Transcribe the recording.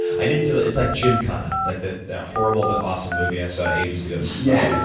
i need to it's like gymkhana, like that that horrible but awesome movie i saw ages ago. yeah.